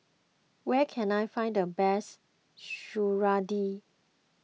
where can I find the best Serunding